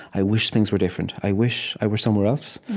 i wish things were different. i wish i were somewhere else.